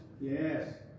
Yes